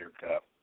cup